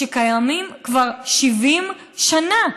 שקיימים כבר 70 שנה.